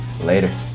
Later